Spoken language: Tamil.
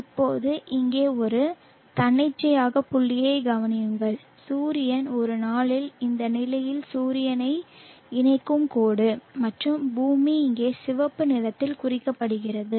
இப்போது இங்கே ஒரு தன்னிச்சையான புள்ளியைக் கவனியுங்கள் சூரியன் ஒரு நாளில் இந்த நிலையில் சூரியனை இணைக்கும் கோடு மற்றும் பூமி இங்கே சிவப்பு நிறத்தில் குறிக்கப்படுகிறது